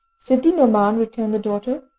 sidi-nouman, returned the daughter,